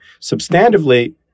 substantively